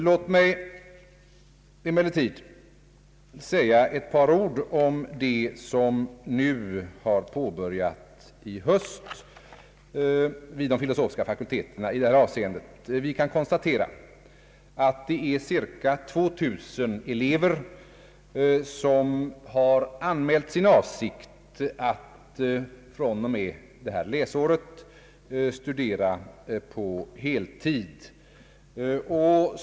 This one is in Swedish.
Låt mig emellertid säga några ord om vad som har påbörjats i höst vid de filosofiska fakulteterna i detta avseende. Cirka 2000 elever har anmält sin avsikt att från och med detta läsår studera på deltid.